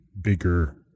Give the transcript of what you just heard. bigger